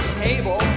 table